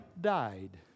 died